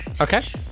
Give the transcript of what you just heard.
Okay